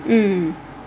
mm